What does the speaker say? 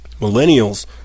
millennials